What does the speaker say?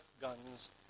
guns